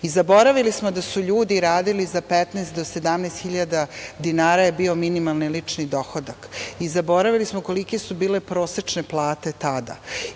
i zaboravili smo da su ljudi radili za 15.000 do 17.000 dinara je bio minimalni lični dohodak. Zaboravili smo kolike su bile prosečne plate tada